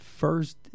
First